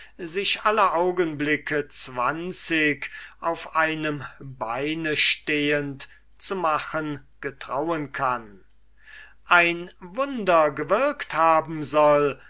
sich alle augenblicke zwanzig auf einem beine stehend zu machen getrauen kann ein wunder gewirkt haben soll